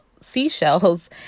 seashells